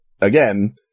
again